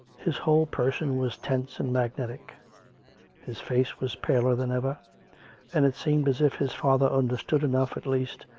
his whole person was tense and magnetic his face was paler than ever and it seemed as if his father understood enough, at least,